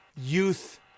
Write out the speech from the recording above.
youth